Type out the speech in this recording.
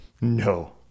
No